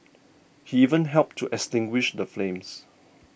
he even helped to extinguish the flames